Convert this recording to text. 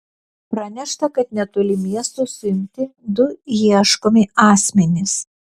pranešta kad netoli miesto suimti du ieškomi asmenys